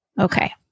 Okay